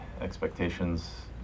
expectations